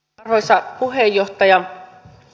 arvoisa puheenjohtaja